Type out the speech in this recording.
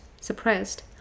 suppressed